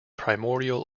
primordial